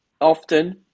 often